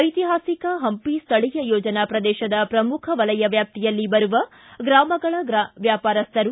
ಐತಿಹಾಸಿಕ ಪಂಪಿ ಸ್ಥಳೀಯ ಯೋಜನಾ ಪ್ರದೇಶದ ಪ್ರಮುಖ ವಲಯ ವ್ಯಾಪ್ತಿಯಲ್ಲಿ ಬರುವ ಗ್ರಾಮಗಳ ವ್ಯಾಪಾರಸ್ಥರು